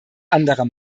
anderer